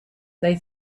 they